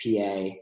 PA